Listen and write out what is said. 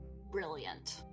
brilliant